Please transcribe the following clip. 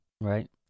Right